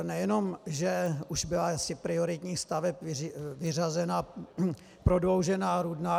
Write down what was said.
Nejenom že už byla z prioritních staveb vyřazena prodloužená Rudná.